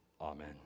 amen